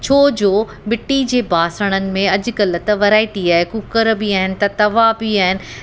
छो जो मिटी जे बासणनि में अॼुकल्ह त वैरायटी आहे कुकर बि आहिनि त तव्हां बि आहिनि